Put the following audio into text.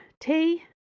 Tea